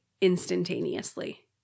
instantaneously